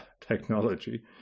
technology